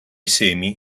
semi